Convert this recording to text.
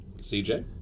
CJ